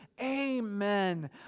Amen